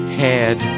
head